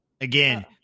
Again